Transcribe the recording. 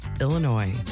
Illinois